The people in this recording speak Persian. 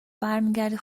برمیگردی